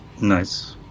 nice